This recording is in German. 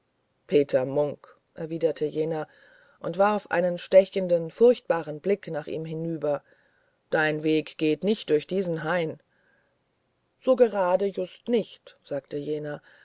peter munk erwiderte jener und warf einen stechenden furchtbaren blick nach ihm herüber dein weg geht nicht durch diesen hain nun so gerade just nicht sagte jener